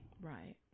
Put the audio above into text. Right